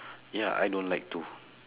ya I don't like too